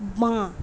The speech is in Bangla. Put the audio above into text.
বাঁ